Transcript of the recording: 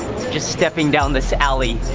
just stepping down this alley,